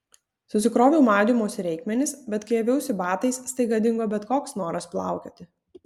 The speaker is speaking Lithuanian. susikroviau maudymosi reikmenis bet kai aviausi batais staiga dingo bet koks noras plaukioti